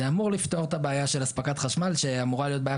זה אמור לפתור את הבעיה של אספקת חשמל שאמורה להיות בעיה